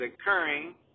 occurring